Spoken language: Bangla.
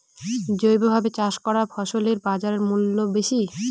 জৈবভাবে চাষ করা ফসলের বাজারমূল্য বেশি